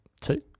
Two